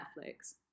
Netflix